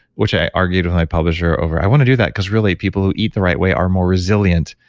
which i argued with my publisher over i want to do that because really people who eat the right way are more resilient.